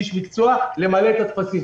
איש מקצוע למלא את הטפסים.